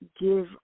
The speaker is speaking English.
give